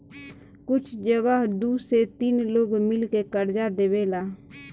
कुछ जगह दू से तीन लोग मिल के कर्जा देवेला